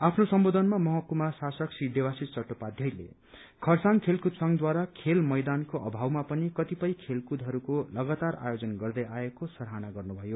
आफ्नो सम्बोधनमा महकूमा शासक श्री देवाशिष चट्टोपाध्यायले खरसाङ खेलकूद संघद्वारा खेल मैदानको अभावमा पनि कतिपय खेलकूदहरूको लगातार आयोजना गर्दै आएको सराहना गर्नुभो